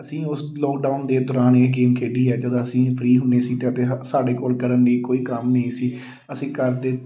ਅਸੀਂ ਉਸ ਲੋਕਡਾਊਨ ਦੇ ਦੌਰਾਨ ਯਕੀਨ ਖੇਡੀ ਹੈ ਜਦੋਂ ਅਸੀਂ ਫਰੀ ਹੁੰਦੇ ਸੀ ਅਤੇ ਸਾਡੇ ਕੋਲ ਕਰਨ ਦੀ ਕੋਈ ਕੰਮ ਨਹੀਂ ਸੀ ਅਸੀਂ ਘਰ ਦੇ